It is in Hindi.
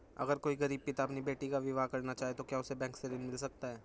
अगर कोई गरीब पिता अपनी बेटी का विवाह करना चाहे तो क्या उसे बैंक से ऋण मिल सकता है?